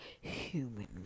human